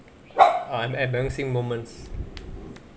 um embarrassing moments